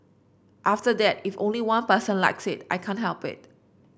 after that if only one person likes it I can't help it